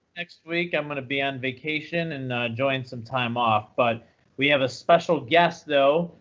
next week. i'm going to be on vacation and enjoying some time off. but we have a special guest, though,